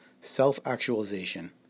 self-actualization